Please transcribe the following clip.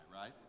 right